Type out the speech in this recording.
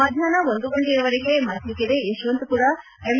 ಮಧ್ಯಾಹ್ನ ಒಂದು ಗಂಟೆವರೆಗೆ ಮತ್ತಿಕೆರೆ ಯಶವಂತಪುರ ಎಂ